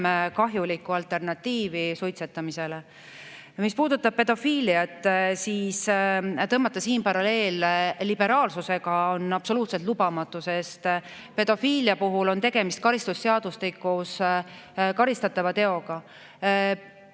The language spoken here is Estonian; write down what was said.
kahjulikku alternatiivi suitsetamisele. Mis puudutab pedofiiliat, siis tõmmata siin paralleele liberaalsusega on absoluutselt lubamatu, sest pedofiilia puhul on tegemist karistusseadustikus karistatava teoga.